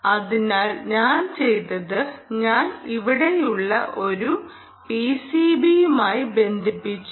അതിനാൽ ഞാൻ ചെയ്തത് ഞാൻ ഇവിടെയുള്ള ഒരു പിസിബിയുമായി ബന്ധിപ്പിച്ചു